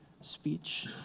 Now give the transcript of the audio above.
speech